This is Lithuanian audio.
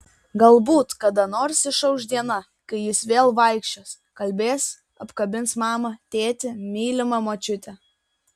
galbūt kada nors išauš diena kai jis vėl vaikščios kalbės apkabins mamą tėtį mylimą močiutę